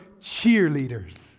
cheerleaders